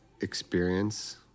experience